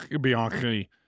Bianchi